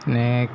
ને